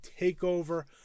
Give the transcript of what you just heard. TakeOver